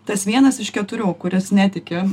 tas vienas iš keturių kuris netiki